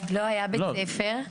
לא היה בית ספר.